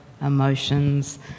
emotions